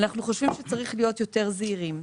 אנחנו חושבים שצריך להיות יותר זהירים.